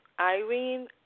Irene